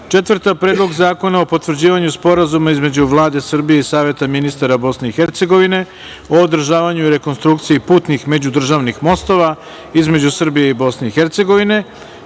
reda – Predlog zakona o potvrđivanju Sporazuma između Vlade Srbije i Saveta ministara Bosne i Hercegovine o održavanju i rekonstrukciji putnih međudržavnih mostova između Srbije i Bosne i Hercegovine; Peta